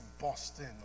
Boston